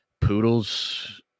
Poodles